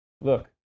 Look